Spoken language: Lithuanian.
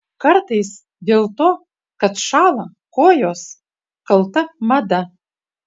kartais dėl to kad šąla kojos kalta mada